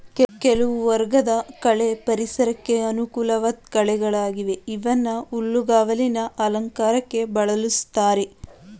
ಕೆಲವು ವರ್ಗದ ಕಳೆ ಪರಿಸರಕ್ಕೆ ಅನುಕೂಲ್ವಾಧ್ ಕಳೆಗಳಾಗಿವೆ ಇವನ್ನ ಹುಲ್ಲುಗಾವಲಿನ ಅಲಂಕಾರಕ್ಕೆ ಬಳುಸ್ತಾರೆ